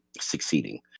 succeeding